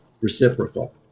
reciprocal